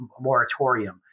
moratorium